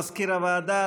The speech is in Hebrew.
מזכיר הוועדה,